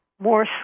more